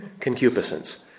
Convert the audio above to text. Concupiscence